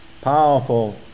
Powerful